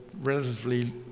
relatively